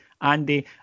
Andy